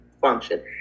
function